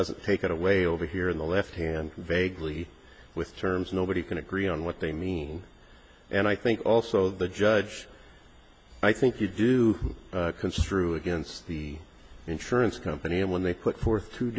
doesn't take away over here in the left hand vaguely with terms nobody can agree on what they mean and i think also the judge i think you do construe against the insurance company and when they put forth two